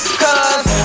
cause